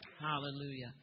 hallelujah